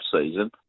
season